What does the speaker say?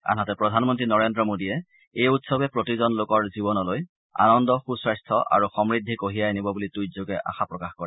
আনহাতে প্ৰধানমন্ত্ৰী নৰেন্দ্ৰ মোদীয়ে এই উৎসৱে প্ৰতিজন লোকৰ জীৱনলৈ আনন্দ সুস্বাস্থ্য আৰু সমূদ্ধি কঢ়িয়াই আনিব বুলি টুইটযোগে আশা প্ৰকাশ কৰে